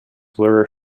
were